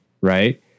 right